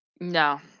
no